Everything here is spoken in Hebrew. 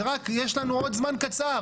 זה רק יש לנו עוד זמן קצר,